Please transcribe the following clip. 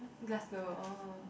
Glasgow orh